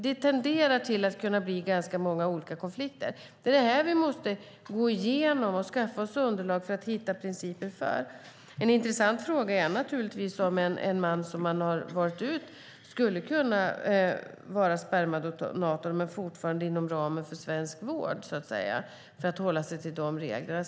Det tenderar till att kunna bli ganska många olika konflikter. Det är det här vi måste gå igenom och skaffa oss underlag för att hitta principer för. En intressant fråga är naturligtvis om en man som ett par har valt ut skulle kunna vara spermadonator men fortfarande inom ramen för svensk vård för att hålla sig till reglerna.